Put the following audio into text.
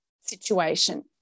situation